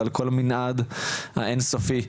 ועל כל המנעד האין סופי,